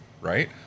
right